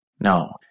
No